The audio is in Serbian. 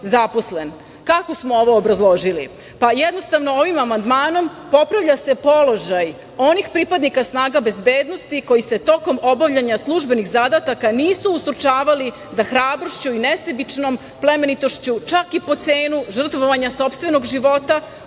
zaposlen“.Kako smo ovo obrazložili? Pa, jednostavno, ovim amandmanom popravlja se položaj onih pripadnika snaga bezbednosti koji se tokom obavljanja službenih zadataka nisu ustručavali da hrabrošću i nesebičnom plemenitošću, čak i po cenu žrtvovanja sopstvenog života,